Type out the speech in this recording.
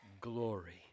glory